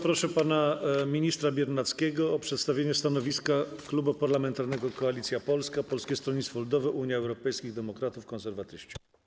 Proszę pana ministra Biernackiego o przedstawienie stanowiska Klubu Parlamentarnego Koalicja Polska - Polskie Stronnictwo Ludowe, Unia Europejskich Demokratów, Konserwatyści.